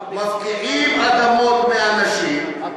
מפקיעים אדמות מאנשים,